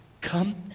Come